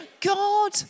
God